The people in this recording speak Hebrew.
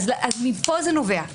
מפה זה נובע.